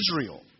Israel